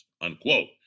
Unquote